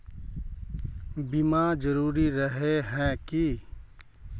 बीमा जरूरी रहे है की?